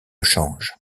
change